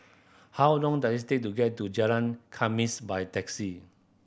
how long does it take to get to Jalan Khamis by taxi